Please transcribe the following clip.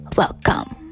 welcome